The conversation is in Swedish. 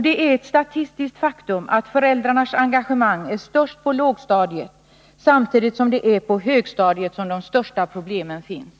Det är ett statistiskt faktum att föräldrarnas engagemang är störst på lågstadiet, samtidigt som det är på högstadiet som de största problemen finns.